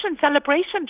celebration